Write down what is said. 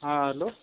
ہاں ہلو